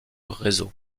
réseau